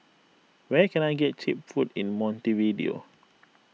where can I get Cheap Food in Montevideo